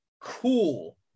cool